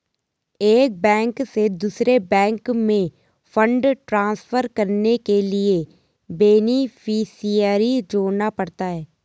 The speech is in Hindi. एक बैंक से दूसरे बैंक में फण्ड ट्रांसफर करने के लिए बेनेफिसियरी जोड़ना पड़ता है